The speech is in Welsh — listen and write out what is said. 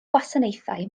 gwasanaethau